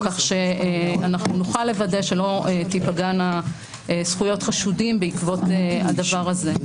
כך שנוכל לוודא שלא תיפגענה זכויות חשודים בעקבות הדבר הזה.